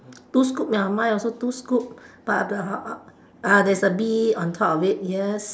two scoop ya mine also two scoop but uh uh there's a bee on top of it yes